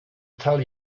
tell